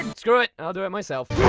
screw it, i'll do it myself.